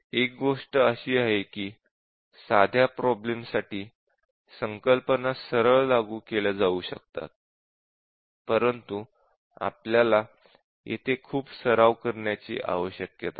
एक गोष्ट अशी आहे की साध्या प्रॉब्लेम्स साठी संकल्पना सरळ लागू केल्या जाऊ शकतात परंतु आपल्याला येथे खूप सराव करण्याची आवश्यकता आहे